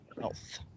health